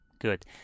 good